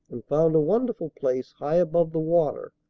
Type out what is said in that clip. and found a wonderful place, high above the water,